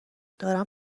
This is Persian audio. دارم